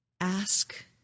ask